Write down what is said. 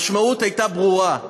המשמעות הייתה ברורה.